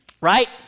right